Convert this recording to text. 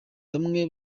bamwe